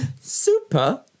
Super